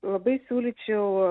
labai siūlyčiau